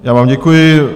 Já vám děkuji.